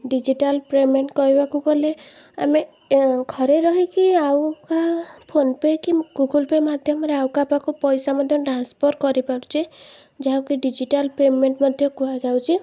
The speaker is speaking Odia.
ଡିଜିଟାଲ୍ ପେମେଣ୍ଟ୍ କରିବାକୁ ଗଲେ ଆମେ ଏ ଘରେ ରହିକି ଆଉ କାହା ଫୋନ୍ ପେ' କି ଗୁଗୁଲ୍ ପେ' ମାଧ୍ୟମରେ ଆଉ କାହା ପାଖକୁ ପଇସା ମଧ୍ୟ ଟ୍ରାନ୍ସଫର୍ କରିପାରୁଛେ ଯାହାକୁ ଡିଜିଟାଲ୍ ପେମେଣ୍ଟ୍ ମଧ୍ୟ କୁହାଯାଉଛି